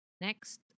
next